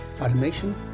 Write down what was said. automation